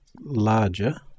larger